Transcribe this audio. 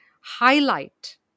highlight